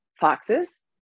foxes